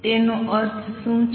તેનો અર્થ શું છે